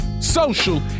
social